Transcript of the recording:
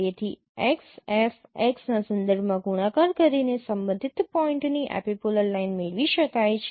તેથી x F x ના સંદર્ભમાં ગુણાકાર કરીને સંબંધિત પોઇન્ટની એપિપોલર લાઇન મેળવી શકાય છે